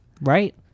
Right